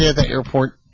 yeah the airport